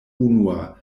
unua